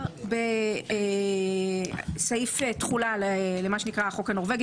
בהסתייגות של סיעת יש עתיד זה אומר שלא ניתן יהיה לצרף את